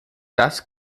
das